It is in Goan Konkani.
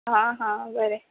आ हा बरें